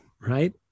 right